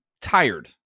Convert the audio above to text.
tired